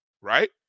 Right